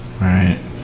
right